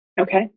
Okay